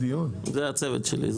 זה הצוות שלי.